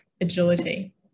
agility